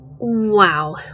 Wow